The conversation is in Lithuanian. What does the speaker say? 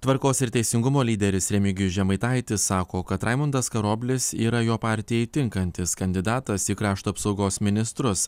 tvarkos ir teisingumo lyderis remigijus žemaitaitis sako kad raimundas karoblis yra jo partijai tinkantis kandidatas į krašto apsaugos ministrus